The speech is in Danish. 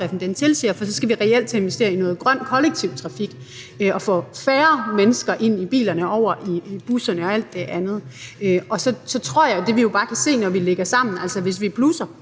tilsiger, for så skal vi reelt til at investere i noget grøn kollektiv trafik og få færre mennesker ind i bilerne og flere over i busserne og alt det andet kollektive. Og det, vi jo bare kan se, når vi lægger det sammen, er, at vi med det,